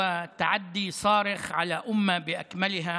תרגומם: מה שאמרתי בנוגע לשרפת הקוראן הקדוש,